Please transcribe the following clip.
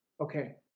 Okay